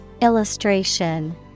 Illustration